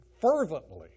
fervently